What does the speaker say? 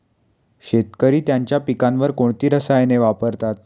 शेतकरी त्यांच्या पिकांवर कोणती रसायने वापरतात?